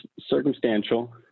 circumstantial